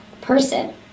person